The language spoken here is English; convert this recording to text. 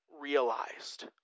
realized